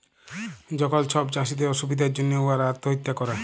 যখল ছব চাষীদের অসুবিধার জ্যনহে উয়ারা আত্যহত্যা ক্যরে